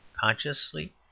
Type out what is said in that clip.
Consciously